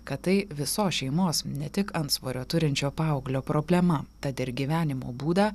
kad tai visos šeimos ne tik antsvorio turinčio paauglio problema tad ir gyvenimo būdą